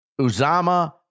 Uzama